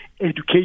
education